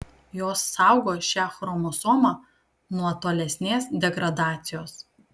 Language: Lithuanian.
jos saugo šią chromosomą nuo tolesnės degradacijos